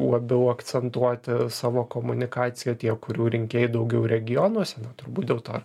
labiau akcentuoti savo komunikaciją tie kurių rinkėjai daugiau regionuose turbūt dėl to